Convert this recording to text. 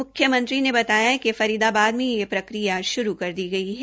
म्ख्यमंत्री ने बताया कि फरीदाबाद में यह प्रक्रिया श्रू कर दी गई है